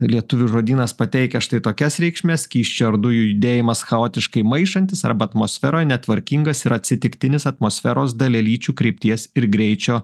lietuvių žodynas pateikia štai tokias reikšmes skysčio ar dujų judėjimas chaotiškai maišantis arba atmosfera netvarkingas ir atsitiktinis atmosferos dalelyčių krypties ir greičio